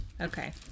Okay